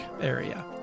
area